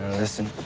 listen,